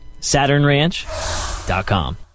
SaturnRanch.com